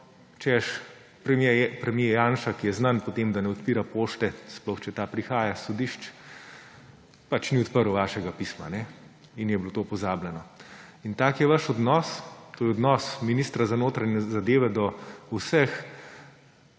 češ, premier Janša, ki je znan po tem, da ne odpira pošte, sploh če ta prihaja s sodišč, pač ni odprl vašega pisma in je bilo to pozabljeno. In tak je vaš odnos. To je odnos ministra za notranje zadeve do vseh